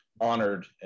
honored